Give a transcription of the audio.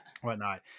whatnot